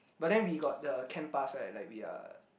but then we got the camp pass right like we are